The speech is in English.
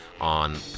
on